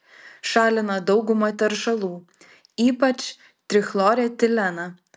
šalina daugumą teršalų ypač trichloretileną